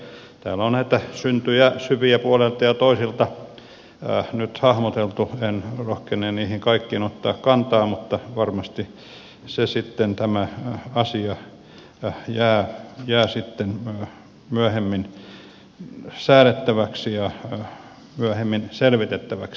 täällä on näitä syntyjä syviä puolelta ja toiselta nyt hahmoteltu en rohkene niihin kaikkiin ottaa kantaa mutta varmasti tämä asia jää sitten myöhemmin säädettäväksi ja myöhemmin selvitettäväksi